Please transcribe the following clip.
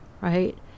right